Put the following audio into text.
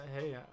hey